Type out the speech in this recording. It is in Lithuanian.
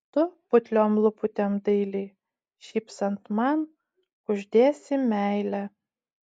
tu putliom lūputėm dailiai šypsant man kuždėsi meilę